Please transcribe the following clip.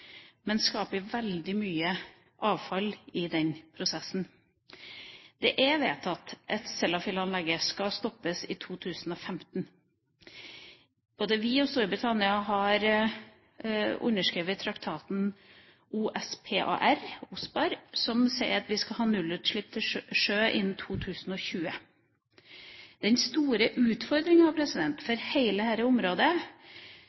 veldig mye avfall i den prosessen. Det er vedtatt at Sellafield-anlegget skal stoppes i 2015. Både vi og Storbritannia har underskrevet OSPAR- traktaten, som sier at vi skal ha nullutslipp til sjø innen 2020. Den store